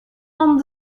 van